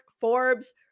Forbes